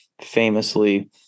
famously